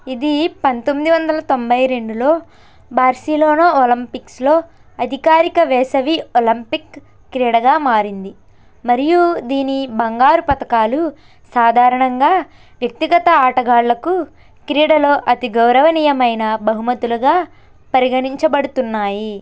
ఇది పంతొమ్ది వందల తొంభై రెండులో బార్సిలోనో ఒలంపిక్స్లో అధికారిక వేసవి ఒలింపిక్ క్రీడగా మారింది మరియూ దీని బంగారు పథకాలు సాధారణంగా వ్యక్తిగత ఆటగాళ్ళకు క్రీడలో అతి గౌరవనీయమైన బహుమతులుగా పరిగణించబడుతున్నాయి